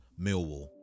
Millwall